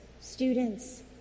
students